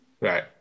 Right